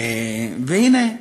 והנה,